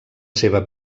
seva